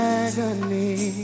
agony